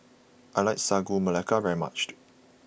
I like Sagu Melaka very much